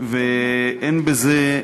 ואין בזה,